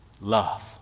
love